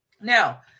Now